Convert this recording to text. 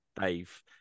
Dave